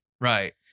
Right